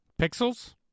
Pixels